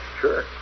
Sure